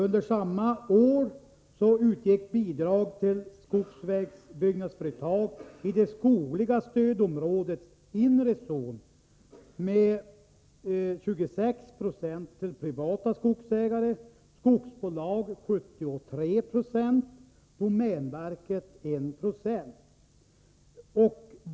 Under samma år utgick bidrag till skogsvägbyggnadsföretag i det skogliga stödområdets inre zon med 26 9 till privata skogsägare, 73 9 till skogsbolag och 1 96 till domänverket.